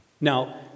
Now